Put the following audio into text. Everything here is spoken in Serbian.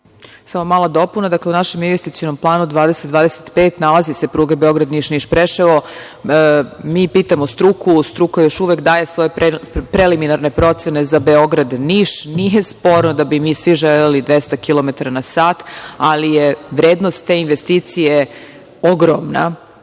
Samo mala dopuna. Dakle, u našem investicionom planu 2025 nalazi se pruga Beograd-Niš, Niš-Preševo. Mi pitamo struku. Struka još uvek daje svoje preliminarne procene za Beograd-Niš. Nije sporno da bi mi svi želeli 200 kilometara na sat, ali je vrednost te investicije ogromna